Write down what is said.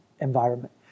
environment